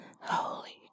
Holy